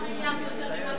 מיליארד יותר ממס הכנסה.